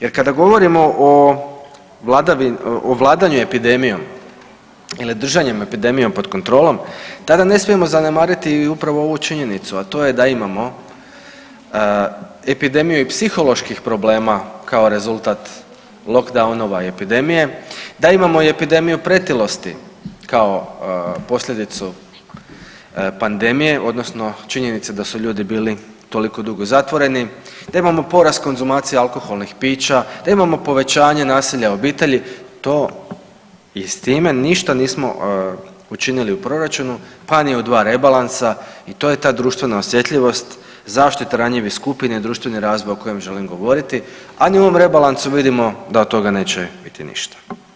Jer kada govorimo o vladanju epidemijom ili držanjem epidemije pod kontrolom, tada ne smijemo zanemariti i upravo ovu činjenicu, a to je da imamo epidemiju i psiholoških problema kao rezultat lockdownova i epidemije, da imamo i epidemiju pretilosti kao posljedicu pandemije, odnosno činjenice da su ljudi bili toliko dugo zatvoreni, da imamo porast konzumacije alkoholnih pića, da imamo povećanje nasilja u obitelji to i s time ništa nismo učinili u proračunu, pa ni u dva rebalansa i to je ta društvena osjetljivost, zaštita ranjivih skupina, društveni razvoj o kojem želim govoriti, a i u rebalansu vidimo da od toga neće biti ništa.